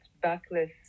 backless